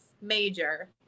major